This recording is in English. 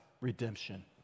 redemption